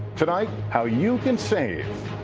tonight how you can save.